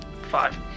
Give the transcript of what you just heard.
Five